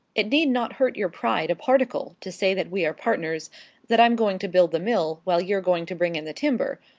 it need not hurt your pride a particle to say that we are partners that i'm going to build the mill, while you're going to bring in the timber.